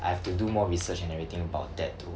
I've to do more research and everything about that to